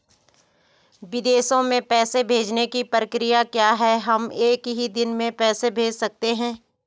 विदेशों में पैसे भेजने की प्रक्रिया क्या है हम एक ही दिन में पैसे भेज सकते हैं?